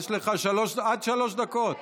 יש לך עד שלוש דקות.